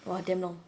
!wah! damn long